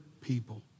people